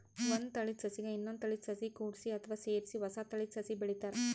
ಒಂದ್ ತಳೀದ ಸಸಿಗ್ ಇನ್ನೊಂದ್ ತಳೀದ ಸಸಿ ಕೂಡ್ಸಿ ಅಥವಾ ಸೇರಿಸಿ ಹೊಸ ತಳೀದ ಸಸಿ ಬೆಳಿತಾರ್